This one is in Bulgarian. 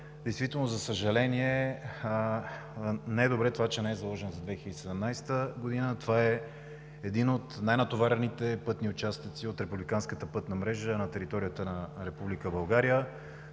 Нанков, за съжаление, не е добре това, че не е заложен за 2017 г. Това е един от най-натоварените пътни участъци от републиканската пътна мрежа на територията на Република България.